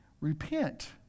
Repent